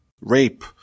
rape